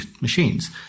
machines